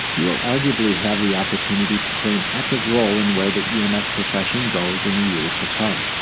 you will arguably have the opportunity to play an active role in where the ems profession goes in the years to come.